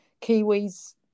kiwi's